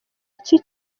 iki